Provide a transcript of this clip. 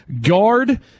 guard